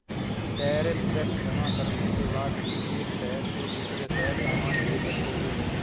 tariff tax जमा करने के बाद ही एक शहर से दूसरे शहर सामान भेज सकोगे